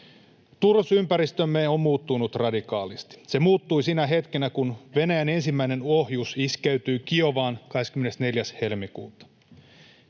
Turvallisuusympäristömme on muuttunut radikaalisti. Se muuttui sinä hetkenä, kun Venäjän ensimmäinen ohjus iskeytyi Kiovaan 24. helmikuuta.